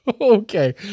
Okay